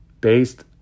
based